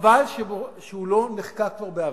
וחבל שהוא לא נחקק כבר בעבר.